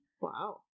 wow